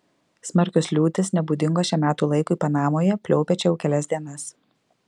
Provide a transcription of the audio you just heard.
smarkios liūtys nebūdingos šiam metų laikui panamoje pliaupia čia jau kelias dienas